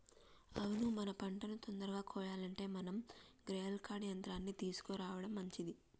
అవును మన పంటను తొందరగా కొయ్యాలంటే మనం గ్రెయిల్ కర్ట్ యంత్రాన్ని తీసుకురావడం మంచిది